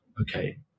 okay